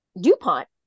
Dupont